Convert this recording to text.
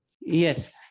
Yes